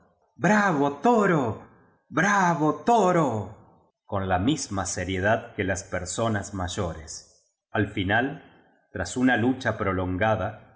bravo toro con la misma seriedad que las personas mayores al final tras una lucha prolongada